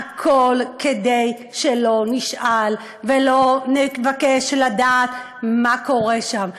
הכול כדי שלא נשאל ולא נבקש לדעת מה קורה שם,